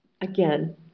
again